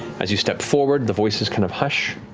as you step forward, the voices kind of hush,